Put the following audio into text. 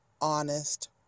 honest